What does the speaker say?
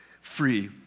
free